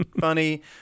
Funny